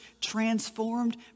transformed